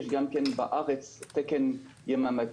יש גם כן בארץ תקן יממתי.